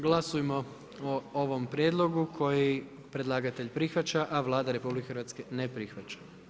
Glasujmo o ovom prijedlogu koji predlagatelj prihvaća a Vlada RH ne prihvaća.